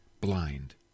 blind